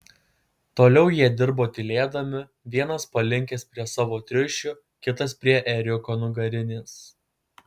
toliau jie dirbo tylėdami vienas palinkęs prie savo triušių kitas prie ėriuko nugarinės